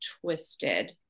twisted